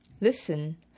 listen